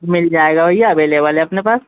मिल जाएगा भैया एभेलेबल है अपने पास